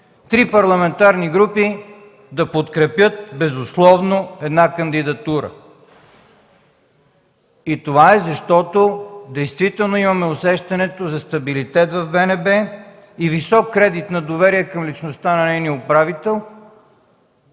три парламентарни групи да подкрепят безусловно една кандидатура. Това е, защото действително имаме усещането за стабилитет в БНБ и висок кредит на доверие към личността на нейния управител